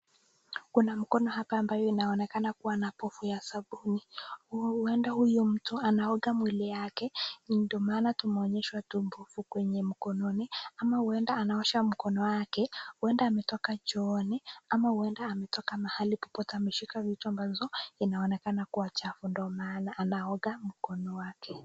Kuna mkono hapa ambayo inaonekana iko na pofu ya sabuni . Huenda huyu mtu anaoga mwili yake ndo maana tumonyeshwa tu pofu kwenye mkononi, ama huenda anaosha mkono, huenda ametoka chooni ama huenda ametoka mahali popote ameshika vitu ambazo zinaonekana ni chafu ndo maana anaosha mkono wake.